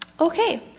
Okay